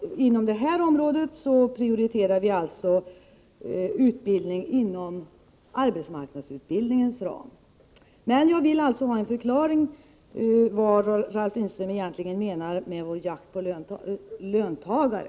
När det gäller utbildning för vuxna arbetslösa förordar vi att denna skall ges inom arbetsmarknadsutbildningens ram. Jag vill, som sagt, ha en förklaring från Ralf Lindström av vad han menar när han talar om moderaternas jakt på löntagare.